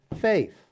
faith